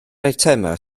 eitemau